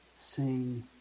Sing